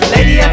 Lady